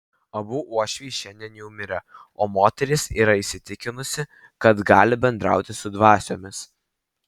abu uošviai šiandien jau mirę o moteris yra įsitikinusi kad gali bendrauti su dvasiomis